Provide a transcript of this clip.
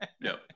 No